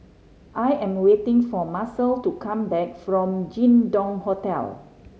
I am waiting for Marcel to come back from Jin Dong Hotel